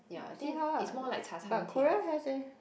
see how lah but Korea has eh